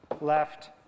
left